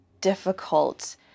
difficult